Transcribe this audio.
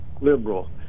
liberal